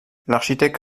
l’architecte